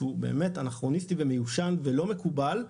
שהוא באמת אנכרוניסטי ומיושן ולא מקובל,